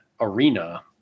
arena